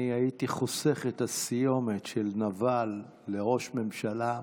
אני הייתי חוסך את הסיומת של נבל לראש הממשלה.